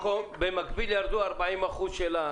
במקביל ירדו 40 אחוזים במשתמשים.